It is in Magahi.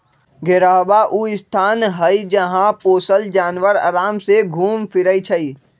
घेरहबा ऊ स्थान हई जहा पोशल जानवर अराम से घुम फिरइ छइ